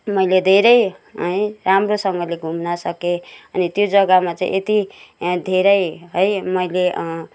मैले धेरै है राम्रोसँगले घुम्न सके अनि त्यो जग्गामा चाहिँ यति धेरै है मैले